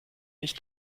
nicht